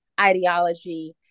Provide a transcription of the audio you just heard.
ideology